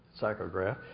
psychograph